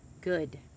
Good